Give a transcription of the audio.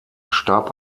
starb